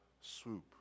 swoop